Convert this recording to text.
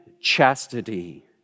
chastity